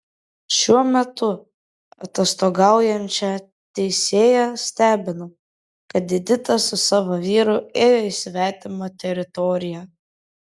šiuo metu atostogaujančią teisėją stebina kad edita su savo vyru ėjo į svetimą teritoriją